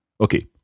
Okay